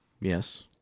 Yes